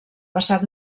passat